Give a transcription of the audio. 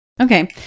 Okay